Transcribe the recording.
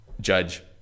Judge